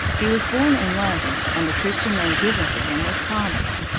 he was born in london, and the christian name given to him was thomas.